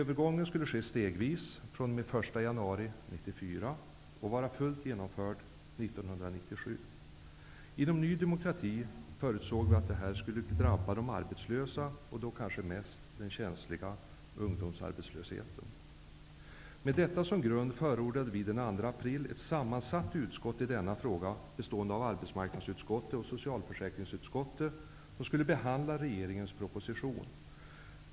Övergången skulle ske stegvis från och med den 1 januari 1994 och vara fullt genomförd 1997. Inom Ny demokrati förutsåg vi att det här skulle drabba de arbetslösa, kanske mest de känsliga arbetslösa ungdomarna. Med detta som grund förordade vi den 2 april ett sammansatt utskott i denna fråga, bestående av arbetsmarknadsutskottet och socialförsäkringsutskottet, som skulle behandla regeringens proposition.